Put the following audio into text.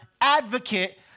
advocate